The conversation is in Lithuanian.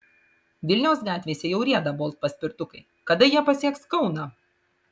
vilniaus gatvėse jau rieda bolt paspirtukai kada jie pasieks kauną